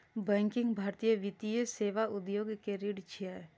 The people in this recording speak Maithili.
बैंकिंग भारतीय वित्तीय सेवा उद्योग के रीढ़ छियै